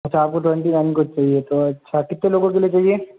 अच्छा आप को ट्वेंटी नाइन को चाहिए तो अच्छा कितने लोगों के लिए चाहिए